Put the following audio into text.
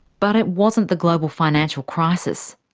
but it wasn't the global financial crisis.